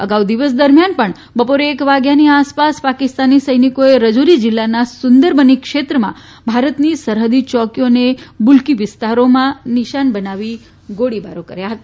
અગાઉ દિવસ દરમિયાન પણ બપોરે એક વાગ્યા આસપાસ પાકિસ્તાન સૈનિકોએ રાજૌરી જિલ્લાના સુંદરબની ક્ષેત્રમાં ભારતની સરહદી ચોકીઓ અને બુલ્કી વિસ્તારોમાં નિશાન બનાવી ગોળીબાર કર્યા હતા